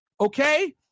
okay